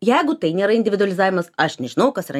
jeigu tai nėra individualizavimas aš nežinau kas yra